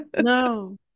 No